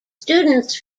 students